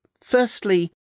Firstly